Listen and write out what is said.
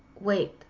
wait